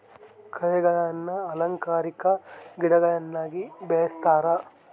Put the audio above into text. ಕಳೆಗಳನ್ನ ಅಲಂಕಾರಿಕ ಗಿಡಗಳನ್ನಾಗಿ ಬೆಳಿಸ್ತರೆ